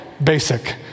Basic